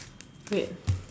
wait